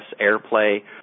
airplay